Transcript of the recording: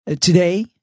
today